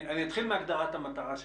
אני אתחיל מהגדרת המטרה שלך,